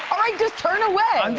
just turn away.